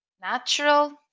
natural